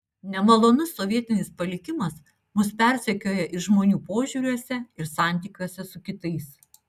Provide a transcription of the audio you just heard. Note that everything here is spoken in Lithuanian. nemalonus sovietinis palikimas mus persekioja ir žmonių požiūriuose ir santykiuose su kitais